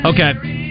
Okay